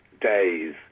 Days